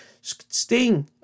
Sting